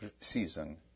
season